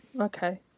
okay